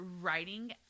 writing